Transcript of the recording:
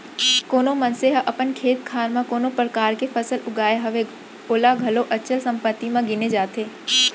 कोनो मनसे ह अपन खेत खार म कोनो परकार के फसल उगाय हवय ओला घलौ अचल संपत्ति म गिने जाथे